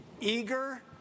eager